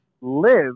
live